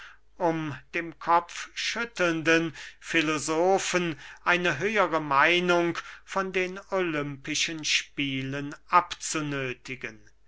um dem kopfschüttelnden filosofen eine höhere meinung von den olympischen spielen